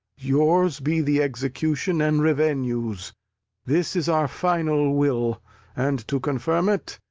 yours be the execution and revenues this is our final will and to confirm it,